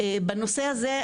בנושא הזה,